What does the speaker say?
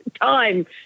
time